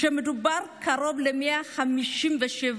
ומדובר על קרוב ל-157,000